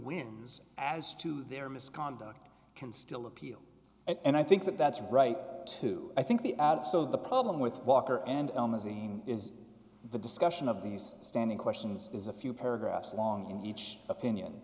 wins as to their misconduct can still appeal and i think that that's right too i think the ad so the problem with walker and elma zain is the discussion of these standing questions is a few paragraphs long in each opinion